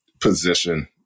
position